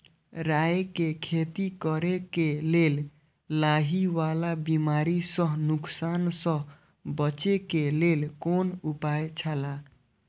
राय के खेती करे के लेल लाहि वाला बिमारी स नुकसान स बचे के लेल कोन उपाय छला?